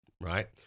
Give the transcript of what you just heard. right—